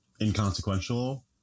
inconsequential